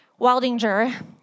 Waldinger